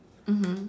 mmhmm